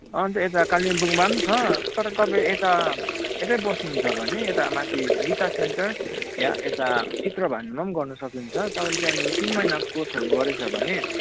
अन्त यता कालिम्पोङमा पनि छ तर तपाईँ यता यतै बस्नुहुन्छ भने यता माथि दिसा सेन्टर या यता चित्रभानुमा पनि गर्नु सकिन्छ तपाईँले त्यहाँनिर तिन महिनाको कोर्सहरू गरेछ भने